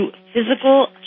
physical